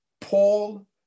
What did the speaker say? Paul